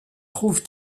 trouve